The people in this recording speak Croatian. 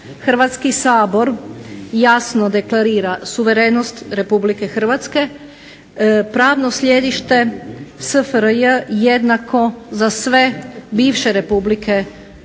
Hrvatski sabor jasno deklarira suverenost Republike Hrvatske pravno sljedište, SFRJ jednako za sve bivše Republike SFRJ,